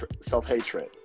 self-hatred